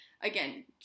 again